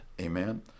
amen